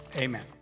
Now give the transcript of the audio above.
amen